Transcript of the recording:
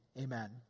Amen